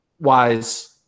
wise